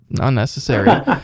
unnecessary